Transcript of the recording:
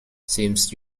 seems